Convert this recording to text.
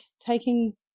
taking –